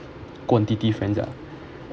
quantity friends ah